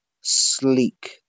sleek